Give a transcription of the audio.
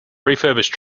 refurbished